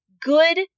good